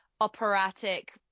operatic